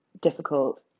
difficult